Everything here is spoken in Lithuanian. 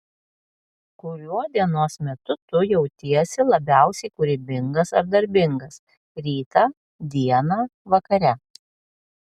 kuriuo dienos metu tu jautiesi labiausiai kūrybingas ar darbingas rytą dieną vakare